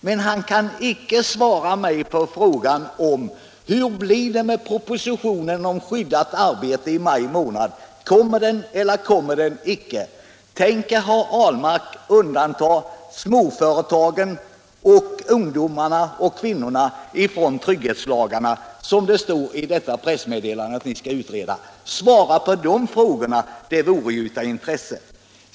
Men han kan icke svara mig på frågan: Hur blir det med propositionen om skyddat arbete i maj månad? Kommer den eller kommer den icke? Tänker herr Ahlmark undanta småföretagen, ungdomarna och kvinnorna från trygghetslagarna? Det står i det här pressmeddelandet att ni skall utreda detta. Svara på de frågorna! Det vore ju av intresse.